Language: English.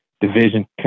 division